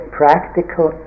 practical